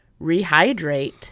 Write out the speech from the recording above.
rehydrate